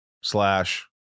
slash